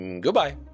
Goodbye